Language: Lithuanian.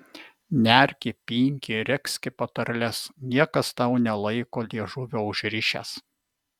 nerki pinki regzki patarles niekas tau nelaiko liežuvio užrišęs